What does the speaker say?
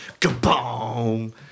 kaboom